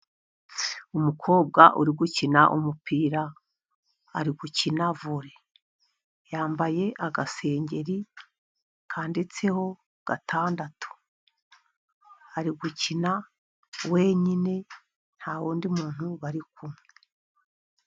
Umukobwa uri gukina umupira ari gukina vore, yambaye agasengeri kanditseho gatandatu, ari gukina wenyine nta wundi muntu bari kumwe.